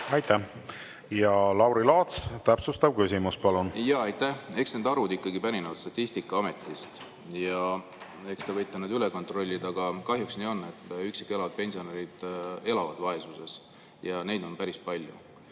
Aitäh! Lauri Laats, täpsustav küsimus, palun! Aitäh! Eks need arvud ikkagi pärinevad Statistikaametist ja te võite need üle kontrollida. Aga kahjuks nii on, et üksi elavad pensionärid elavad vaesuses, ja neid on päris palju.